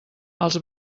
els